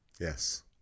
Yes